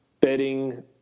bedding